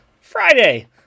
Friday